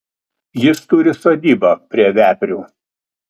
jis turi sodybą prie veprių